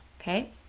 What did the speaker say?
okay